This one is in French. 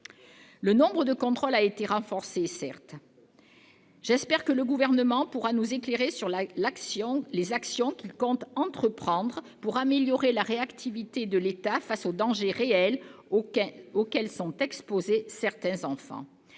Le nombre de contrôles a certes été renforcé. J'espère que le Gouvernement pourra nous éclairer quant aux actions qu'il compte entreprendre pour améliorer la réactivité de l'État face aux dangers réels auxquels sont exposés certains enfants.